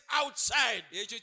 outside